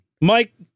Mike